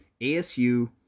ASU